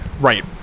right